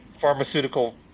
pharmaceutical